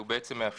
הוא בעצם מאפשר